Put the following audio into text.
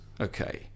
okay